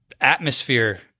atmosphere